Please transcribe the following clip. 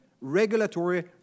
regulatory